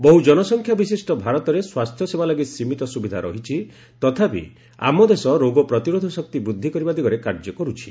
ବହୁ ଜନସଂଖ୍ୟା ବିଶିଷ୍ଟ ଭାରତରେ ସ୍ୱାସ୍ଥ୍ୟସେବା ଲାଗି ସୀମିତ ସୁବିଧା ରହିଛି ତଥାପି ଆମ ଦେଶ ରୋଗ ପ୍ରତିରୋଧ ଶକ୍ତି ବୃଦ୍ଧି କରିବା ଦିଗରେ କାର୍ଯ୍ୟ କରୁଛି